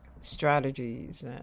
strategies